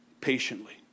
patiently